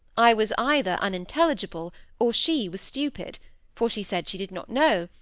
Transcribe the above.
i was either unintelligible or she was stupid for she said she did not know,